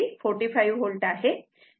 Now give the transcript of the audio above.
हे 45 V magnitude आहे